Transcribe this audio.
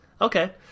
Okay